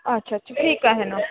अच्छा अच्छा ठीक आहे ना